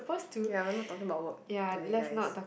ya we're not talking about work today guys